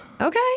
Okay